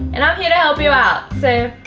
and i'm here to help you out so,